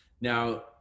Now